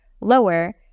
lower